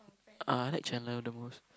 uh I like Chandler the most